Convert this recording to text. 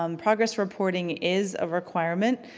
um progress reporting is a requirement,